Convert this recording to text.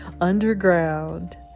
underground